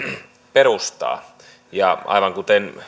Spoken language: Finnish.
perustaa ja aivan kuten